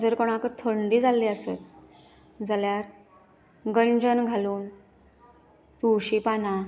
जर कोणाक थंडी जाल्ली आसत जाल्यार गंजन घालून तुळशी पानां